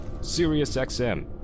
SiriusXM